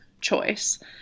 choice